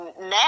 Now